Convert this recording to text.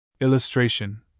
Illustration